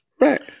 Right